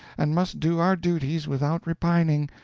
and must do our duties without repining,